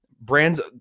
brands